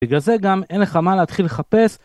בגלל זה גם אין לך מה להתחיל לחפש